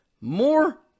more